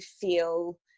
feel